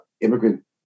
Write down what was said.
immigrant